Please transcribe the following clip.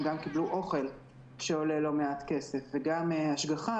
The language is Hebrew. קיבלו גם אוכל שעולה לא מעט כסף וגם השגחה,